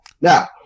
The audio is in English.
Now